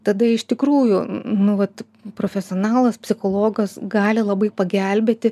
tada iš tikrųjų nu vat profesionalas psichologas gali labai pagelbėti